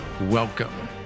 Welcome